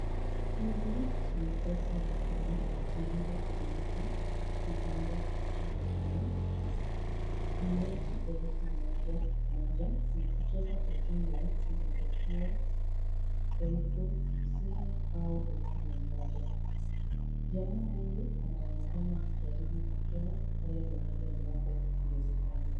Hizi ni pesa za kenya, zilizotumika kitambo nchini kenya .Ni noti elfu moja moja na tukiweka kwa jumla zinaweza kuwa elfu hamsini au elfu mia moja. Jamaa huyu anaonekana akijaribu kutoa pale mahali ambapo alizipanga.